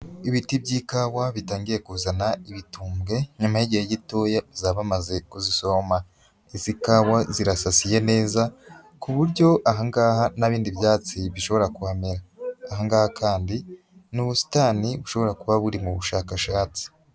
Ibiti by'ikawa bitangiye kuzana ibitumbwenyuma y'igihe gitoya bazaba bamaze kuzisoroma. Izi ikawa zirasasiye neza ku buryo aha ngaha nta bindi byatsi bishobora kuhamera. Aha ngaha kandi ni ubusitani bushobora kuba buri mu bushakashatsi.